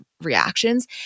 reactions